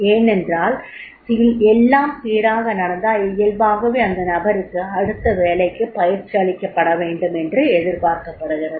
ஏனென்றால் எல்லாம் சீராக நடந்தால் இயல்பாகவே அந்த நபருக்கு அடுத்த வேலைக்கு பயிற்சி அளிக்கப்பட வேண்டுமென்று எதிர்பார்க்கப்படுகிறது